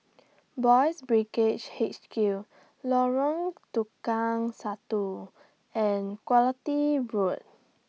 Boys' Brigade H Q Lorong Tukang Satu and Quality Road